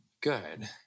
Good